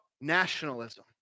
nationalism